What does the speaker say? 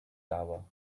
tower